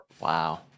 Wow